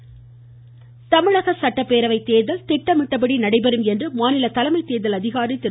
சத்யபிரதாசாகு தமிழக சட்டப்பேரவை தேர்தல் திட்டமிட்டபடி நடைபெறும் என்று மாநில தலைமை தேர்தல் அதிகாரி திரு